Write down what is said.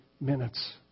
minutes